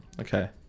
Okay